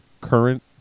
current